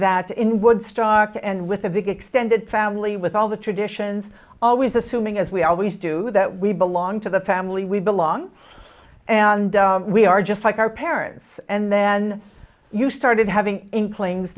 that in woodstock and with a big extended family with all the traditions always assuming as we always do that we belong to the family we belong and we are just like our parents and then you started